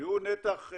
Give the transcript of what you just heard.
שהוא נתח,